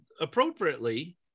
appropriately